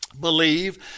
believe